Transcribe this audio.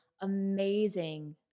amazing